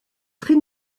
très